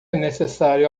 necessário